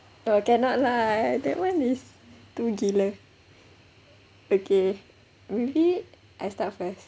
oh cannot lah that one is too gila okay maybe I start first